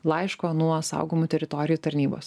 laiško nuo saugomų teritorijų tarnybos